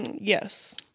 Yes